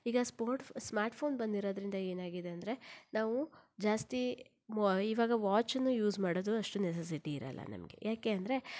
ಈಗ sport smart phone ಬಂದಿರೋದ್ರಿಂದ ಏನಾಗಿದೆ ಅಂದರೆ ನಾವು ಜಾಸ್ತಿ ಈವಾಗ ವಾಚನ್ನು ಯೂಸ್ ಮಾಡೋದು ಅಷ್ಟು ನೆಸಸಿಟಿ ಇರಲ್ಲ ನಮಗೆ ಯಾಕೆ ಅಂದರೆ